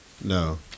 No